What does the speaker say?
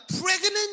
pregnant